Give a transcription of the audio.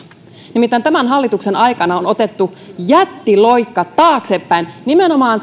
nimittäin tämän hallituksen aikana on otettu jättiloikka taaksepäin nimenomaan